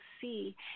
see